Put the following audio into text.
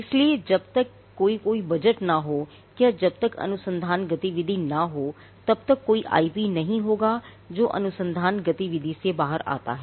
इसलिए जब तक कि कोई बजट न हो या जब तक अनुसंधान गतिविधि न हो तब तक कोई आईपी नहीं होगा जो अनुसंधान गतिविधि से बाहर आता है